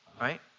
right